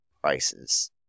prices